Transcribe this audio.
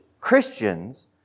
Christians